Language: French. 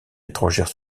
étrangères